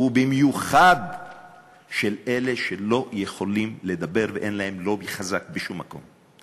ובמיוחד של אלה שלא יכולים לדבר ואין להם לובי חזק בשום מקום.